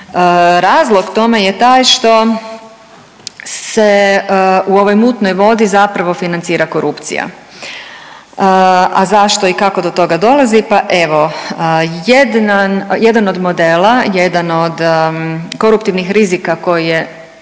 Razlog tome je taj što se u ovoj mutnoj vodi zapravo financira korupcija. A zašto i kako do toga dolazi? Pa evo jedan, jedan od modela, jedan od koruptivnih rizika koji je